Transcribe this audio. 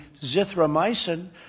Zithromycin